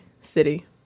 city